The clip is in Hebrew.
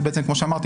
כמו שאמרתי,